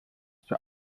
zur